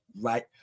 right